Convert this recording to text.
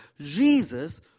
Jesus